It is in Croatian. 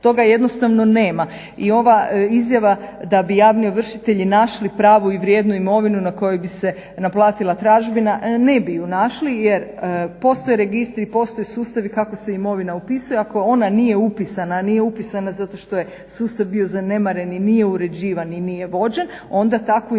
Toga jednostavno nema. I ova izjava da bi javni ovršitelji našli pravu i vrijednu imovinu na kojoj bi se naplatila tražbina ne bi ju našli jer postoje registri, postoje sustavi kako se imovina upisuje. Ako ona nije upisana, a nije upisana zato što je sustav bio zanemaren i nije uređivan i nije vođen onda takvu imovinu